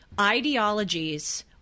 ideologies